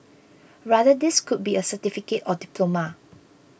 rather this could be a certificate or diploma